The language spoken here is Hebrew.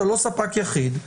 אתה לא ספק יחיד.